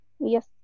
Yes